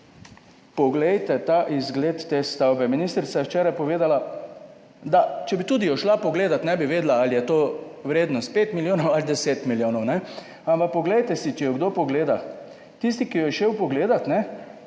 poglejte izgled te stavbe! Ministrica je včeraj povedala, da četudi bi jo šla pogledat, ne bi vedela, ali je to vrednost 5 milijonov ali 10 milijonov. Ampak poglejte si! Če jo kdo pogleda, tisti, ki jo je šel pogledat,